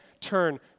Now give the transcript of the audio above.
turn